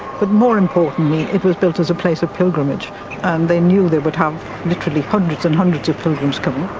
but more importantly, it was built as a place of pilgrimage, and they knew they would have literally hundreds and hundreds of pilgrims coming.